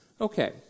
Okay